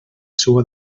seua